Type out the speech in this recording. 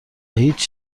هیچ